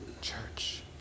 church